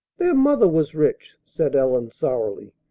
their mother was rich, said ellen sourly.